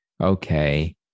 okay